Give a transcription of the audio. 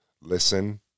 listen